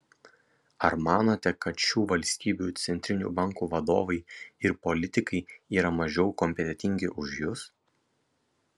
ar manote kad šių valstybių centrinių bankų vadovai ir politikai yra mažiau kompetentingi už jus